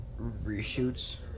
reshoots